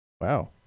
Wow